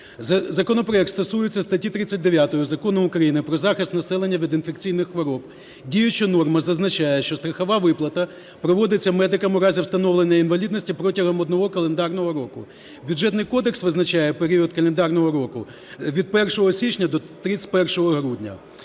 Законопроект стосується статті 39 Закону України "Про захист населення від інфекційних хвороб", діюча норма зазначає, що страхова виплата проводиться медикам у разі встановлення інвалідності протягом 1 календарного року. Бюджетний кодекс визначає період календарного року від 1 січня до 31 грудня.